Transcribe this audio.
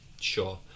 Sure